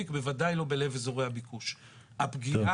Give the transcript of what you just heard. בבקשה